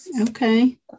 Okay